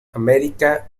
america